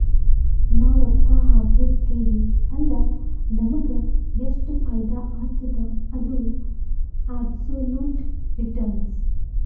ನಾವ್ ರೊಕ್ಕಾ ಹಾಕಿರ್ತಿವ್ ಅಲ್ಲ ನಮುಗ್ ಎಷ್ಟ ಫೈದಾ ಆತ್ತುದ ಅದು ಅಬ್ಸೊಲುಟ್ ರಿಟರ್ನ್